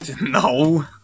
No